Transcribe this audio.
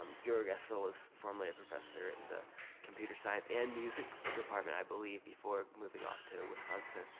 guerrero gasso is formally a professor in the computer science and music department, i believe, before moving off to wisconsin.